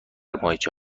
ماهیچه